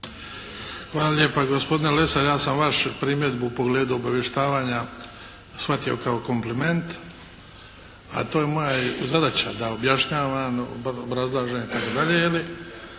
Hvala lijepa gospodine Lesar. Ja sam vašu primjedbu u pogledu obavještavanja shvatio kao kompliment, a to je i moja zadaća da objašnjavam, obrazlažem itd., je li,